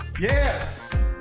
Yes